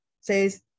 says